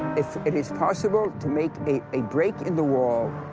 if it is possible to make a break in the wall,